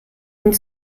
und